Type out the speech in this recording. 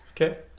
Okay